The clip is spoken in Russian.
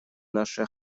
нашей